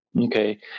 okay